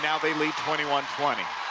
um they lead twenty one twenty.